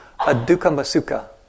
adukamasuka